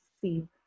see